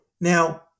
Now